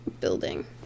building